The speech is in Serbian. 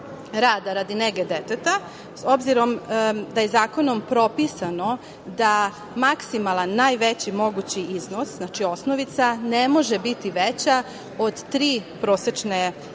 radi nege deteta, obzirom da je zakonom propisano da maksimalan, najveći mogući iznos, znači, osnovica ne može biti veća od tri prosečne plate